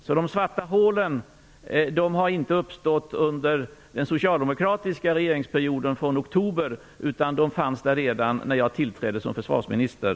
Så de svarta hålen har inte uppstått under den socialdemokratiska regeringsperioden från oktober, utan de fanns redan när jag tillträdde som försvarsminister.